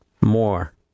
more